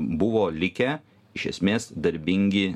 buvo likę iš esmės darbingi